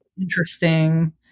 interesting